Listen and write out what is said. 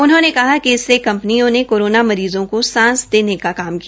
उन्होंने कहा कि इससे कंपनियों ने कोरोना मरीजों को सांसे देने का काम किया